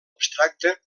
abstracte